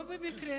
לא במקרה